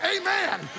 amen